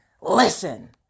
Listen